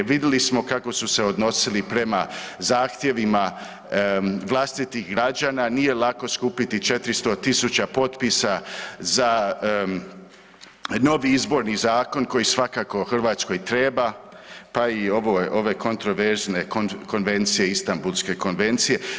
Vidjeli smo kako su se odnosili prema zahtjevima vlastitih građana, nije lako skupiti 400.000 potpisa za novi izborni zakon koji svakako Hrvatskoj treba, pa i ove kontraverzne konvencije Istambulske konvencije.